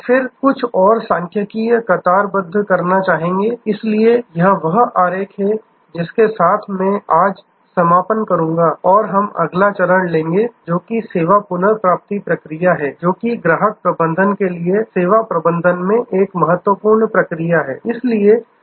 और फिर कुछ और सांख्यिकीय कतारबद्ध करना इसलिए यह वह आरेख है जिसके साथ मैं आज समापन करूंगा और हम अगला चरण लेंगे जो कि सेवा पुनर्प्राप्ति प्रक्रिया है जो कि ग्राहक प्रबंधन के लिए सेवा प्रबंधन में एक महत्वपूर्ण प्रक्रिया है